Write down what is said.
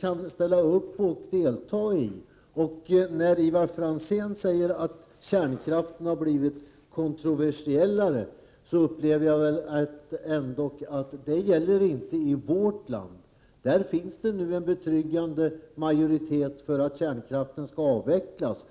kan delta i. När Ivar Franzén säger att kärnkraften blivit mer kontroversiell, anser jag att detta inte gäller i vårt land. Här finns det nu en betryggande majoritet för att kärnkraften skall avvecklas.